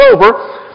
over